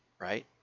right